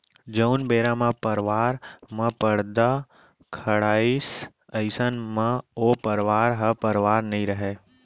जउन बेरा म परवार म परदा खड़ाइस अइसन म ओ परवार ह परवार नइ रहय